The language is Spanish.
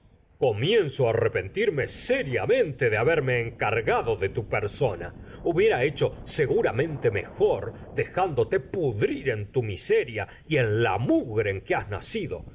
comienzo á arrepentirme seriamente de haberme encargado de tu persona hubiera hecho seguramente mejor dejándote pudrir en tu miseria y en la mugre en que has nacido